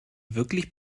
wirklich